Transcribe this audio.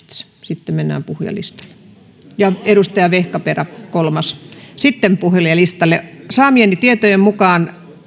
sitten mennään puhujalistalle ja kolmas edustaja vehkaperä sitten puhujalistalle saamieni tietojen mukaan